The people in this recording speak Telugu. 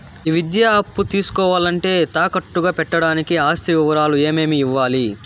ఈ విద్యా అప్పు తీసుకోవాలంటే తాకట్టు గా పెట్టడానికి ఆస్తి వివరాలు ఏమేమి ఇవ్వాలి?